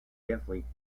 definitely